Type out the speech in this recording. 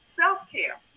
self-care